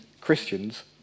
Christians